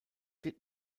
did